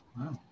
Wow